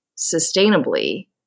sustainably